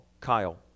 Kyle